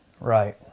Right